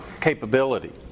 capability